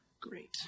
Great